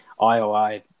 IOI